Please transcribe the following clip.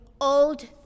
old